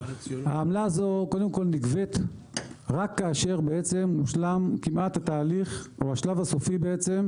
העמלה הזאת נגבית רק כאשר הושלם התהליך או השלב הסופי של